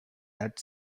had